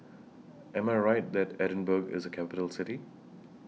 Am I Right that Edinburgh IS A Capital City